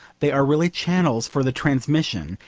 they are really channels for the transmission,